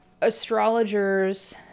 astrologers